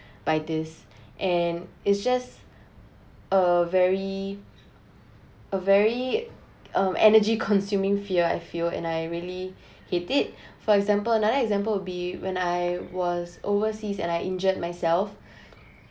by this and it's just a very a very um energy consuming fear I feel and I really hate it for example another example would be when I was overseas and I injured myself